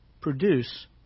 produce